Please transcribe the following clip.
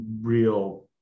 real